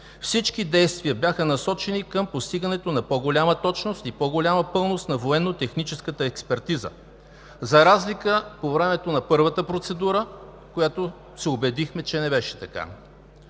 Всички действия бяха насочени към постигането на по-голяма точност и по-голяма пълнота на военнотехническата експертиза за разлика от времето на първата процедура, която се убедихме, че не беше така.